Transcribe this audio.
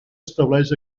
estableix